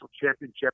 championship